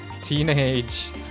teenage